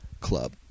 Club